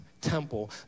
temple